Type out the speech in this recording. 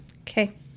Okay